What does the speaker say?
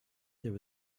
there